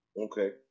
Okay